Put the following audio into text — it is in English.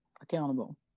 accountable